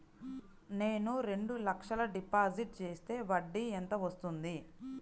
నేను రెండు లక్షల డిపాజిట్ చేస్తే వడ్డీ ఎంత వస్తుంది?